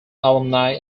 alumni